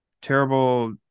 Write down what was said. terrible